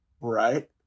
Right